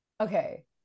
okay